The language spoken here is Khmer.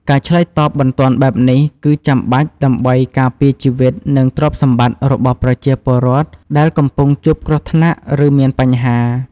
ការឆ្លើយតបបន្ទាន់បែបនេះគឺចាំបាច់ដើម្បី ការពារជីវិត និងទ្រព្យសម្បត្តិ របស់ប្រជាពលរដ្ឋដែលកំពុងជួបគ្រោះថ្នាក់ ឬមានបញ្ហា។